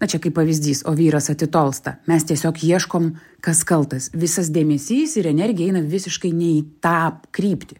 na čia kaip pavyzdys o vyras atitolsta mes tiesiog ieškom kas kaltas visas dėmesys ir energija eina visiškai ne į tą kryptį